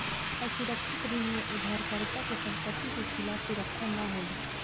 असुरक्षित ऋण में उधारकर्ता के संपत्ति के खिलाफ सुरक्षित ना होला